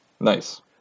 Nice